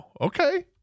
okay